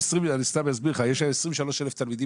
אני סתם אסביר לך: אם יש 23,000 תלמידים